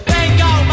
Bingo